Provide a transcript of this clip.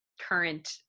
current